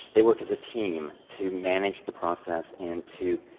they work as a team to manage the process and to